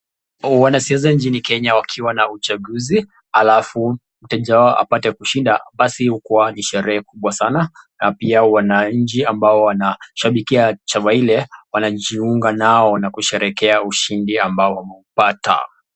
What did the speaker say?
Wanasiasa nchini kenya wakiwa na uchaguzi alafu mteja wao aweze kushinda basi hukuwa ni sherehe kubwa sana na pia wananchi ambao wanashabikia chama ile wanajiunga nao na kusherehekea ushindi ambao wameupata.